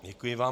Děkuji vám.